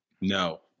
No